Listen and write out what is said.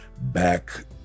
back